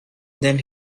then